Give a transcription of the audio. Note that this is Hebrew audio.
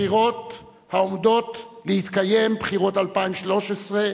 הבחירות העומדות להתקיים, בחירות 2013,